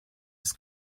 his